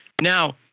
Now